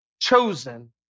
chosen